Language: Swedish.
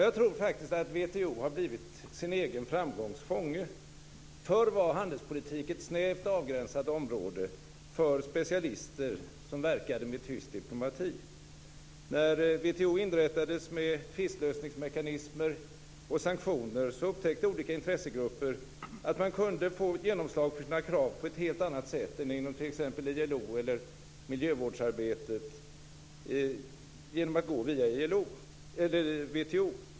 Jag tror faktiskt att WTO har blivit sin egen framgångs fånge. Förr var handelspolitik ett snävt avgränsat område för specialister som verkade med tyst diplomati. När WTO inrättades med tvistlösningsmekanismer och sanktioner upptäckte olika intressegrupper att man kunde få genomslag för sina krav på ett helt annat sätt än inom t.ex. ILO eller miljövårdsarbetet genom att gå via WTO.